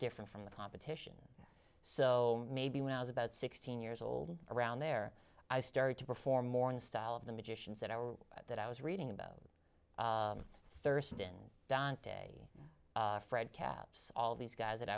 different from the competition so maybe when i was about sixteen years old around there i started to perform more in style of the magicians that are that i was reading about thurston dante fred capps all these guys that